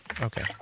Okay